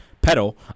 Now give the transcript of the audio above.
Pedal